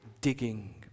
digging